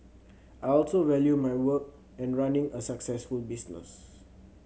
I also value my work and running a successful business